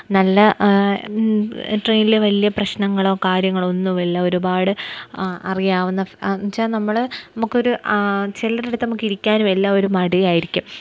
നല്ല ട്രെയിനില് വലിയ പ്രശ്നങ്ങളോ കാര്യങ്ങളോ ഒന്നുമില്ല ഒരുപാട് അറിയാവുന്ന എന്നുവെച്ചാല് നമ്മള് നമുക്കൊരു ചിലരടുത്ത് നമുക്ക് ഇരിക്കാനുമെല്ലാം ഒരു മടിയായിരിക്കും